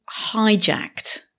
hijacked